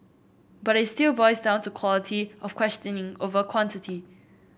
but it still boils down to quality of questioning over quantity